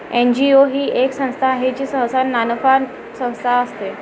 NGO ही एक संस्था आहे जी सहसा नानफा संस्था असते